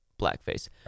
blackface